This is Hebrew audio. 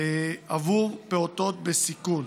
עבור פעוטות בסיכון.